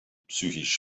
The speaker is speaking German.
psychisch